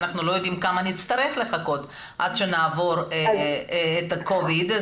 אנחנו לא יודעים כמה נצטרך לחכות עד שנעבור את ה-covid,